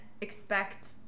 expect